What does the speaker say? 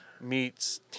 meets